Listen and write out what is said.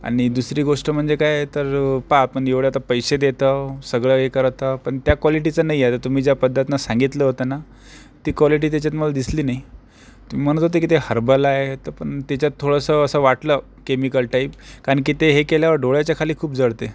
आणि दुसरी गोष्ट म्हणजे काय तर पहा आपण एवढे आता पैसे देतो सगळं हे करताव पण त्या क्वालिटीचं नाही आहे आता तुम्ही ज्या पद्धतनं सांगितलं होतं ना ती क्वालिटी त्याच्यात मला दिसली नाही तुम्ही म्हणत होते की ते हर्बल आहे तर पण त्याच्यात थोडंसं असं वाटलं केमिकल टाईप कारण की ते हे केल्यावर डोळ्याच्या खाली खूप जळते